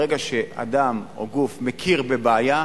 ברגע שאדם או גוף מכיר בבעיה,